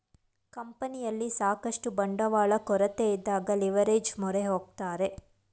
ಕಂಪನಿಯಲ್ಲಿ ಸಾಕಷ್ಟು ಬಂಡವಾಳ ಕೊರತೆಯಿದ್ದಾಗ ಲಿವರ್ಏಜ್ ಮೊರೆ ಹೋಗುತ್ತದೆ